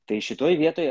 tai šitoj vietoje